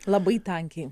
labai tankiai